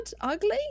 Ugly